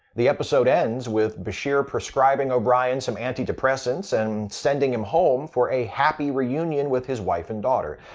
the episode ends with bashir prescribing o'brien some antidepressants and sending him home for a happy reunion with his wife and daughter.